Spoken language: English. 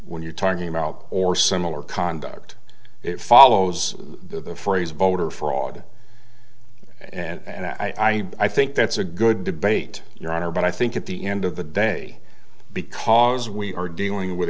when you're talking about or similar conduct it follows the phrase voter fraud and i i think that's a good debate your honor but i think at the end of the day because we are dealing with